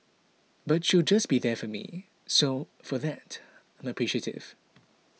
but she'll just be there for me so for that I'm appreciative